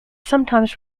sometimes